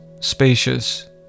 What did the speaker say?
spacious